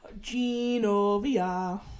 Genovia